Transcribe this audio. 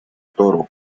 toro